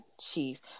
cheese